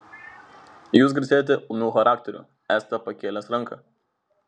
jūs garsėjate ūmiu charakteriu esate pakėlęs ranką